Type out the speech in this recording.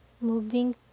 Moving